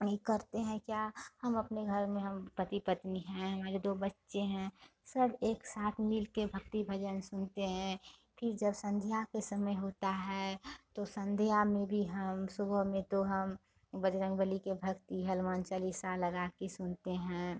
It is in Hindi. ये करते हैं क्या हम अपने घर में हम पति पत्नी हैं हमारे दो बच्चे हैं सब एक साथ मिल के भक्ति भजन सुनते हैं फिर जब संध्या के समय होता है तो संध्या में भी हम सुबह में तो हम बजरंग बलि के भक्ति हनुमान चलीसा लगा के सुनते हैं